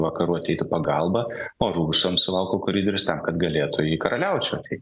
vakarų ateitų pagalba o rusams suvalkų koridorius tam kad galėtų į karaliaučių tai